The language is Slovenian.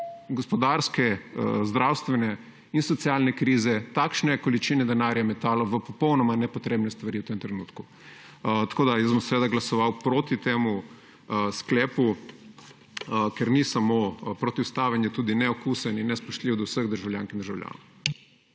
gospodarske, zdravstvene in socialne krize takšne količine denarja metalo v popolnoma nepotrebne stvari v tem trenutku. Jaz bom seveda glasoval proti temu sklepu, ker ni samo protiustaven, je tudi neokusen in nespoštljiv do vseh državljank in državljanov.